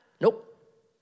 Nope